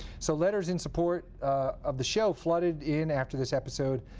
so letters in support of the show flooded in after this episode,